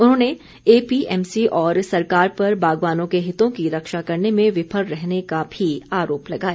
उन्होंने एपीएमसी और सरकार पर बागवानों के हितों की रक्षा करने में विफल रहने का भी आरोप लगाया